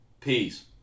Peace